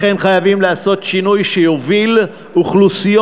לכן חייבים לעשות שינוי שיוביל אוכלוסיות